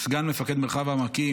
סגן מפקד מרחב העמקים,